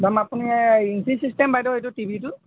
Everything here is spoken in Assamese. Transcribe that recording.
মেম আপুনি ইঞ্চি চিষ্টেম বাইদেউ এইটো টিভিটো